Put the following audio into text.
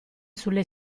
sulle